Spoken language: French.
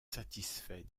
satisfait